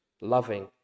loving